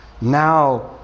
now